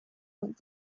went